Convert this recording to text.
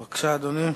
בבקשה, אדוני.